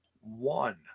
one